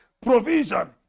provision